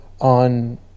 on